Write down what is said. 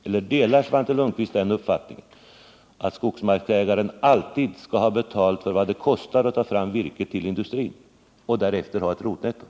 Eller delar Svante Lundkvist uppfattningen att skogsmarksägaren alltid skall ha betalt för vad det kostar att ta fram virket till industrin och därefter ha ett rotnetto?